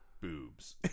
Boobs